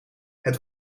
het